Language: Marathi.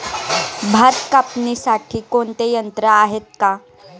भात कापणीसाठी कोणते यंत्र आहेत का?